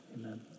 amen